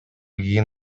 кийин